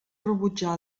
rebutjar